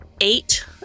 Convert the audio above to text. Eight